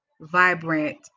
vibrant